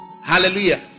Hallelujah